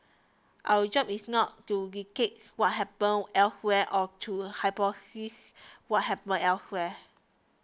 our job is not to dictate what happens elsewhere or to hypothesise what happens elsewhere